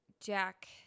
Jack